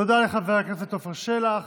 תודה לחבר הכנסת עפר שלח.